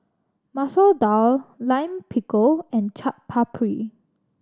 Masoor Dal Lime Pickle and Chaat Papri